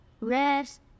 rest